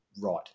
right